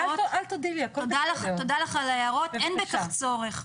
אין בכך צורך.